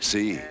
See